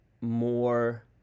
more